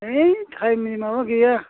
है टाइमनि माबा गैया